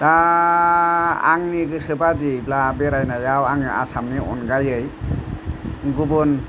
दा आंनि गोसो बादियैब्ला बेरायनायाव आङो आसामनि अनगायै गुबुन